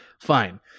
Fine